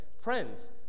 friends